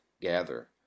gather